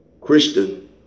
Christian